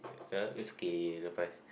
uh it's okay the price